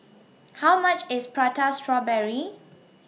How much IS Prata Strawberry